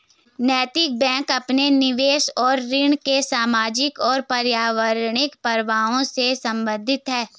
नैतिक बैंक अपने निवेश और ऋण के सामाजिक और पर्यावरणीय प्रभावों से संबंधित है